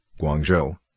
Guangzhou